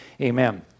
Amen